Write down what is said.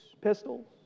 pistols